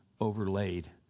overlaid